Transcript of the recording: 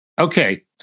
Okay